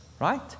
right